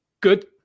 good